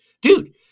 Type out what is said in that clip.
Dude